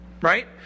Right